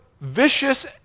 vicious